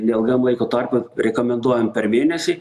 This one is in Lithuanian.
neilgam laiko tarpui rekomenduojam per mėnesį